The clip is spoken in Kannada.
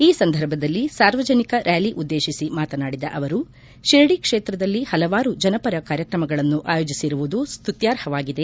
ಈ ಸಂದರ್ಭದಲ್ಲಿ ಸಾರ್ವಜನಿಕ ರ್ನಾಲಿ ಉದ್ದೇಶಿಸಿ ಮಾತನಾಡಿ ತಿರಡಿ ಕ್ಷೇತ್ರದಲ್ಲಿ ಹಲವಾರು ಜನಪರ ಕಾರ್ಯಕ್ರಮಗಳನ್ನು ಆಯೋಜಿಸಿರುವುದು ಸ್ತುತ್ಲಾರ್ಹವಾಗಿದೆ